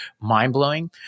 mind-blowing